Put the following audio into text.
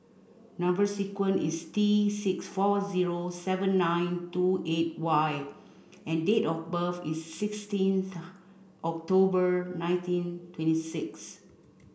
number sequence is T six four zero seven nine two eight Y and date of birth is sixteenth October nineteen twenty six